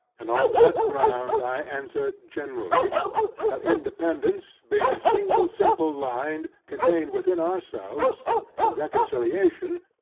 and on that ground, i answer generally that independance being a single simple line, contained within ourselves and reconciliation,